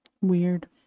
Weird